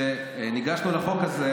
כשניגשנו לחוק הזה,